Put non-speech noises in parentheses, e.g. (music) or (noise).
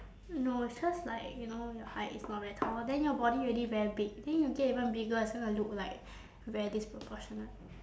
no it's cause like you know your height is not very tall then your body already very big then you'll get even bigger so you will look like (breath) very disproportionate